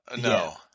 No